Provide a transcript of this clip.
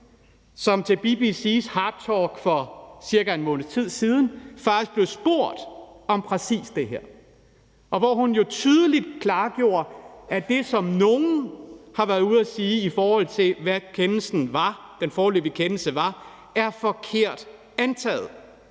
som til BBC's HARDtalk for en måneds tid siden faktisk også blev spurgt om præcis det her, og hvor hun jo tydeligt klargjorde, at det, som nogle har været ude at sige i forhold til, hvad den foreløbige kendelse var, er forkert antaget